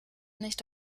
nicht